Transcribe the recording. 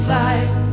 life